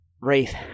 wraith